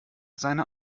seine